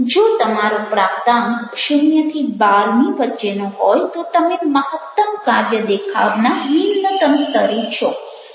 જો તમારો પ્રાપ્તાંક 0 12 ની વચ્ચેનો હોય તો તમે મહત્તમ કાર્ય દેખાવના નિમ્નતમ સ્તરે છો